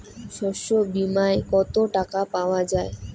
শস্য বিমায় কত টাকা পাওয়া যায়?